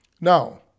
Now